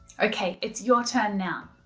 okay it's your turn now.